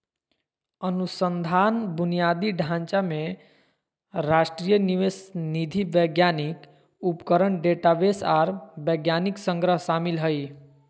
अनुसंधान बुनियादी ढांचा में राष्ट्रीय निवेश निधि वैज्ञानिक उपकरण डेटाबेस आर वैज्ञानिक संग्रह शामिल हइ